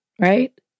right